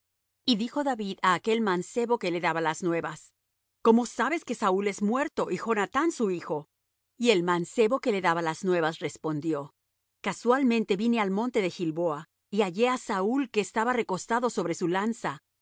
y dijo david á aquel mancebo que le daba las nuevas cómo sabes que saúl es muerto y jonathán su hijo y el mancebo que le daba las nuevas respondió casualmente vine al monte de gilboa y hallé á saúl que estaba recostado sobre su lanza